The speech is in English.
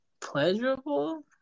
pleasurable